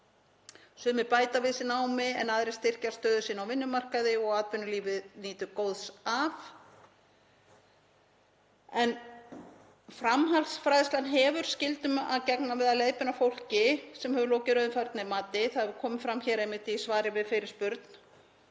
Sumir bæta við sig námi en aðrir styrkja stöðu sína á vinnumarkaði og atvinnulífið nýtur góðs af. Framhaldsfræðslan hefur skyldum að gegna við að leiðbeina fólki sem hefur lokið raunfærnimati. Það hefur komið fram hér einmitt í svari við fyrirspurn.